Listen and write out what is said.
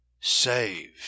Saved